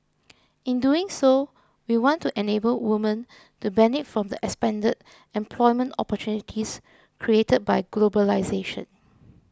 in doing so we want to enable women to benefit from the expanded employment opportunities created by globalisation